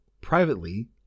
privately